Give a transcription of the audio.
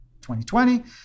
2020